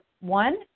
one